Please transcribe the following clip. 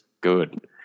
Good